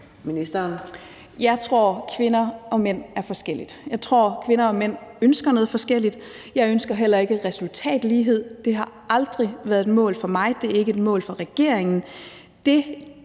jeg tror, at kvinder og mænd ønsker noget forskelligt. Jeg ønsker heller ikke resultatlighed, det har aldrig været et mål for mig, det er ikke et mål for regeringen.